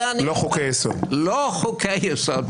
לא חוקי יסוד.